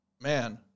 man